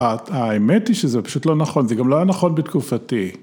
‫האמת היא שזה פשוט לא נכון, ‫זה גם לא היה נכון בתקופתי.